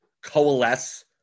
coalesce